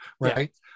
right